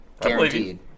Guaranteed